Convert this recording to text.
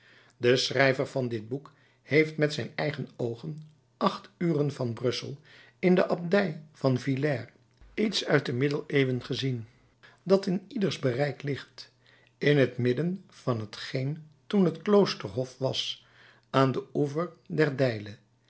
de schrijver van dit boek heeft met zijn eigen oogen acht uren van brussel in de abdij van villers iets uit de middeleeuwen gezien dat in ieders bereik ligt in het midden van t geen toen de kloosterhof was aan den oever